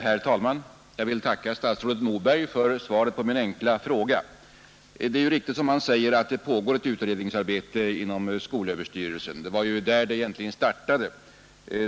Herr talman! Jag vill tacka statsrådet Moberg för svaret på min enkla fråga. Det är riktigt, som han säger, att det pågår ett utredningsarbete inom skolöverstyrelsen. Det var ju där det egentligen startade.